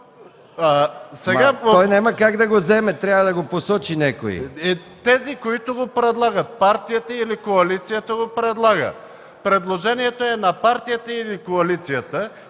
Той няма как да го заеме. Трябва да го посочи някой. МУСТАФА КАРАДАЙЪ: Е, тези, които го предлагат – партията или коалицията го предлагат. Предложението е на партията или коалицията